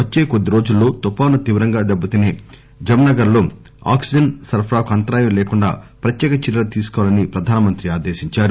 వచ్చే కొద్ది రోజుల్లో తుఫాను తీవ్రంగా దెబ్బతినే జమ్ నగర్ లో ఆక్సిజన్ సరఫరాకు అంతరాయం లేకుండా ప్రత్యేక చర్యలు తీసుకోవాలని ప్రధానమంత్రి ఆదేశించారు